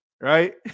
right